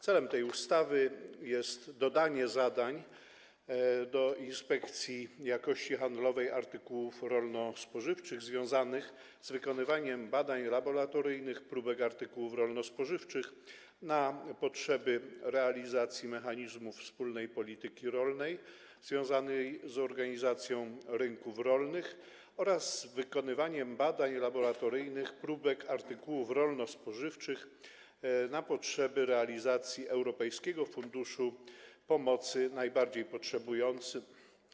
Celem tej ustawy jest dodanie zadań Inspekcji Jakości Handlowej Artykułów Rolno-Spożywczych związanych z wykonywaniem badań laboratoryjnych próbek artykułów rolno-spożywczych na potrzeby realizacji mechanizmów wspólnej polityki rolnej związanych z organizacją rynków rolnych oraz wykonywaniem badań laboratoryjnych próbek artykułów rolno-spożywczych na potrzeby realizacji Europejskiego Funduszu Pomocy Najbardziej Potrzebującym.